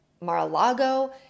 Mar-a-Lago